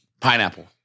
Pineapple